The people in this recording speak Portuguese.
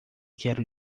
quero